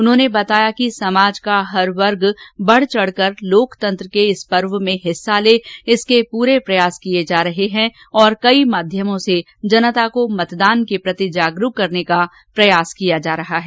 उन्होंने बताया कि समाज का हर वर्ग बढ चढकर लोकतंत्र के इस पर्व में हिस्सा ले इसके पूरे प्रयास किए जा रहे हैं और कई माध्यमों से जनता को मतदान के प्रति जागरूक करने का प्रयास किया जा रहा है